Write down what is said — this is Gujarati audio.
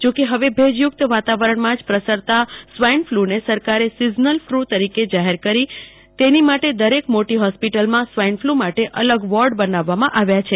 જોકે હવે ભેજયુક્ત વાતાવરણમાં જ પ્રસરતા સ્વાઈન ફલુને સરકાર સીઝનલ ફલુ તરીકે જાહેર કરી દીધી છે તેની માટે દરેક મોટી હોસ્પિટલમાં સ્વાઈન ફલ્ માટે અલગ વોર્ડ બનાવવામાં આવ્યા છે